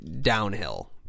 downhill